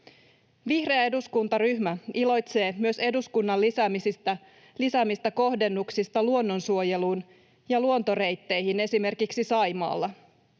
Vihreä eduskuntaryhmä iloitsee myös eduskunnan lisäämistä kohdennuksista luonnonsuojeluun ja luontoreitteihin esimerkiksi Saimaalla.